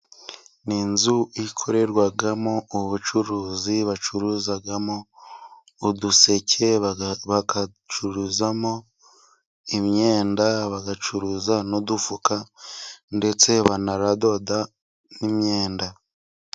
Ni inzu ikorerwamo ubucuruzi, bacuruzamo uduseke, bagacuruzamo imyenda, bagacuruza n'udufuka ndetse baranadoda n'imyenda.